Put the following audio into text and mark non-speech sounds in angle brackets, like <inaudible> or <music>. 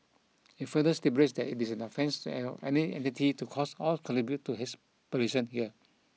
it further stipulates that it is an offence <unintelligible> any entity to cause or contribute to haze pollution here